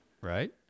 Right